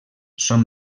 són